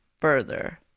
further